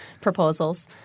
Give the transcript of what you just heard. proposals